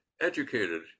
educated